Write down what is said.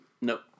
Nope